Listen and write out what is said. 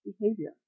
behavior